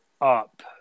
up